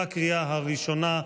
בקריאה הראשונה.